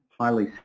highly